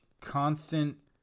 constant